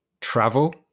travel